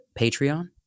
Patreon